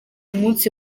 umunsi